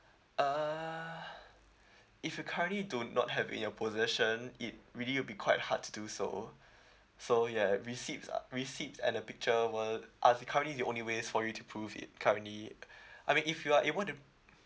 uh if you currently do not have it in your possession it really will be quite hard to do so so ya receipts are receipts and the picture were are the currently the only ways for you to prove it currently I mean if you are able to